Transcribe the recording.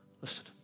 Listen